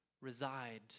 reside